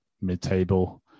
mid-table